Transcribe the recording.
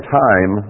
time